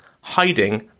hiding